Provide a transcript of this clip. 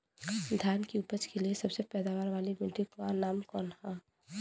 धान की उपज के लिए सबसे पैदावार वाली मिट्टी क का नाम ह?